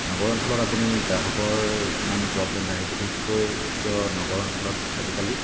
নগৰ অঞ্চলত আপুনি গ্ৰাহকৰ ইমান প্ৰব্লেম নাথাকে বিশেষকৈ কিয় নগৰ অঞ্চলত আজিকালি